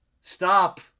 Stop